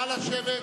נא לשבת,